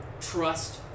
Trust